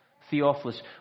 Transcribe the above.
Theophilus